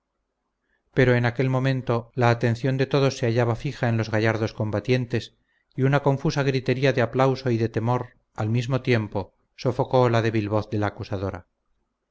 pero en aquel momento la atención de todos se hallaba fijada en los gallardos combatientes y una confusa gritería de aplauso y de temor al mismo tiempo sofocó la débil voz de la acusadora